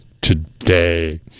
today